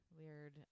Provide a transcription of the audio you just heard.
weird